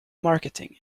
marketing